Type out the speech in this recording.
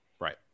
Right